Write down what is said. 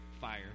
fire